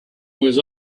was